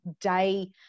day